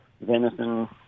venison